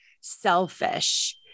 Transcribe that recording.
selfish